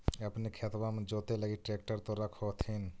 अपने खेतबा मे जोते लगी ट्रेक्टर तो रख होथिन?